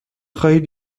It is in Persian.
خواهید